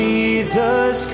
Jesus